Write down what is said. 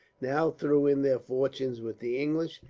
now threw in their fortunes with the english,